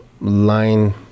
line